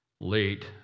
Late